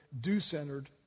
do-centered